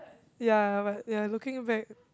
ya but ya looking back